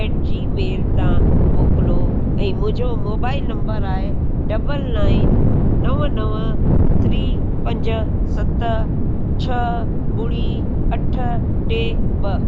eight Gmail तव्हां मोकिलियो ऐं मुंहिंजो मोबाइल नम्बर आहे डबल नाइन नव नव थ्री पंज सत छह ॿुड़ी अठ टे ॿ